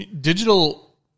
digital